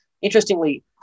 interestingly